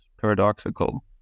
paradoxical